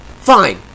Fine